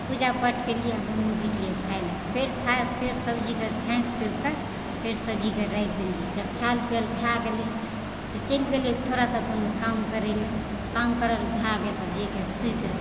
पूजा पाठ केलियै हमहुँ गेलियै खायले फेर खायके फेर सब्जीके झाँपि तोपिके फेर सब्जीके राखि देलियै जब खायल पीयल भए गेलै तऽ चलि गेलियै थोड़ासँ काम करैले काम करल भए गेल तऽ जाके सुति रहलियै